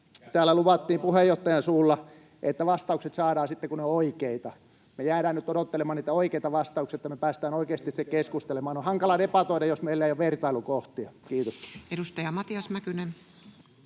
täällä luvattiin puheenjohtajan suulla, että vastaukset saadaan sitten, kun ne ovat oikeita. Me jäädään nyt odottelemaan niitä oikeita vastauksia, niin että me päästään oikeasti sitten keskustelemaan. On hankala debatoida, jos meillä ei ole vertailukohtia. — Kiitos. [Speech 200] Speaker: